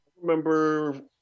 remember